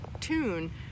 tune